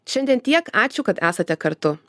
šiandien tiek ačiū kad esate kartu